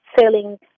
selling